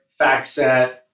FactSet